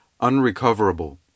unrecoverable